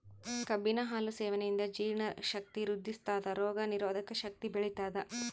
ಕಬ್ಬಿನ ಹಾಲು ಸೇವನೆಯಿಂದ ಜೀರ್ಣ ಶಕ್ತಿ ವೃದ್ಧಿಸ್ಥಾದ ರೋಗ ನಿರೋಧಕ ಶಕ್ತಿ ಬೆಳಿತದ